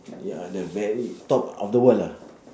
ya the very top of the world lah